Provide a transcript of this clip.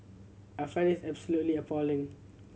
I find this absolutely appalling